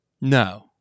No